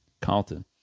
Carlton